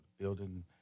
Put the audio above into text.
building